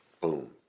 boom